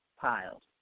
piles